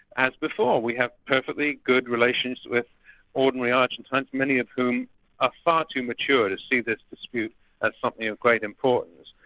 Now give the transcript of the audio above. as before, we have perfectly good relations with ordinary argentines, many of whom are ah far too mature to see the dispute as something of great importance,